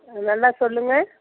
நல்லா சொல்லுங்கள்